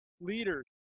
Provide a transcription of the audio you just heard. leaders